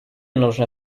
нужно